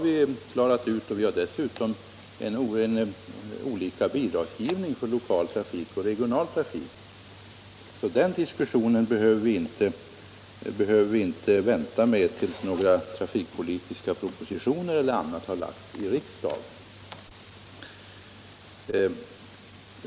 Vi har dessutom olika bidragsgivning för lokal trafik och regional trafik. Diskussionen om detta behöver vi alltså inte vänta med tills några trafikpolitiska propositioner eller annat har framlagts i riksdagen.